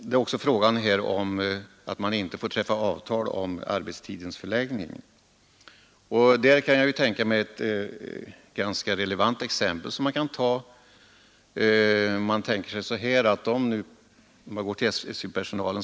Här är också fråga om att man inte får träffa avtal om arbetstidens förläggning, och där kan jag tänka mig ett ganska relevant exempel — det gäller SJ-personalen.